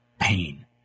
pain